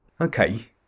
Okay